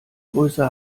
größe